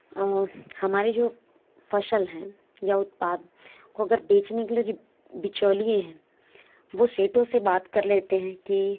हमारी जो फ़सल है या उत्पाद को अगर बेचने के लिए जो बिचौलिए हैं वो सेठों से बात कर लेते हैं कि